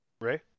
Ray